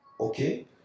Okay